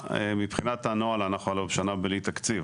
מבחינת הנוהל אנחנו הלא בשנה בלי תקציב.